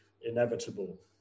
inevitable